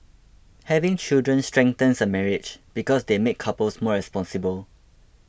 having children strengthens a marriage because they make couples more responsible